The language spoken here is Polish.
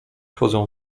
chodzą